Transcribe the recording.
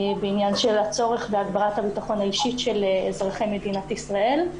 בעניין של הצורך של הביטחון האישי של אזרחי מדינת ישראל.